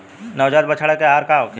नवजात बछड़ा के आहार का होखे?